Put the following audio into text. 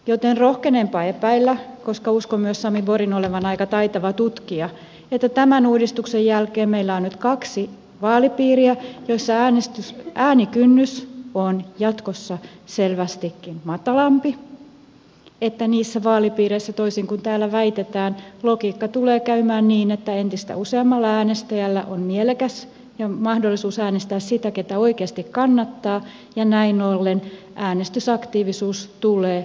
joten rohkenenpa epäillä koska uskon myös sami borgin olevan aika taitava tutkija että tämän uudistuksen jälkeen meillä on nyt kaksi vaalipiiriä joissa äänikynnys on jatkossa selvästikin matalampi ja että niissä vaalipiireissä toisin kuin täällä väitetään logiikka tulee menemään niin että entistä useammalla äänestäjällä on mielekäs mahdollisuus äänestää sitä ketä oikeasti kannattaa ja näin ollen äänestysaktiivisuus tulee nousemaan